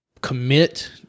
commit